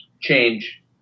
Change